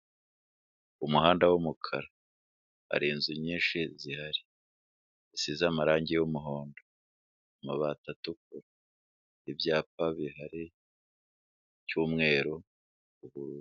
Umuhanda w'umukara, hari inzu nyinshi zihari zisize amarangi y'umuhondo, amabati atukura, ibyapa bihari, icy'umweru...